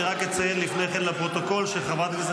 אני רק אציין לפני כן לפרוטוקול שחברת הכנסת